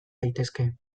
daitezke